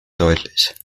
deutlich